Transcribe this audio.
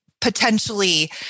potentially